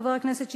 חבר הכנסת שטרית,